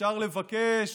אפשר לבקש